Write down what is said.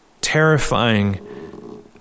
terrifying